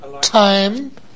time